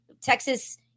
Texas